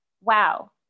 wow